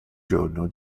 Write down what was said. giorno